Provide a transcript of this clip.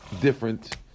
different